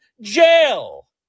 jail